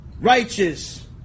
righteous